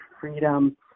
freedom